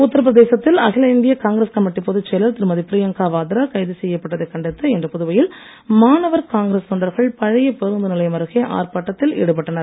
உத்தரபிரதேசத்தில் அகில இந்திய காங்கிரஸ் கமிட்டி பொதுச் செயலர் திருமதி பிரியங்கா வாத்ரா கைது செய்யப்பட்டதை கண்டித்து இன்று புதுவையில் மாணவர் காங்கிரஸ் தொண்டர்கள் பழைய பேருந்து நிலையம் அருகே ஆர்ப்பாட்டத்தில் ஈடுபட்டனர்